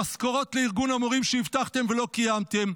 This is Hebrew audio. המשכורות לארגון המורים שהבטחתם ולא קיימתם.